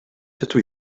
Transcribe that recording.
dydw